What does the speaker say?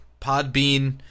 Podbean